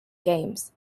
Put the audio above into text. games